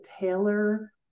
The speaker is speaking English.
tailor